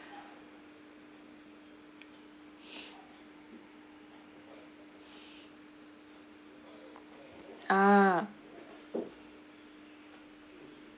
ah